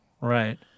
Right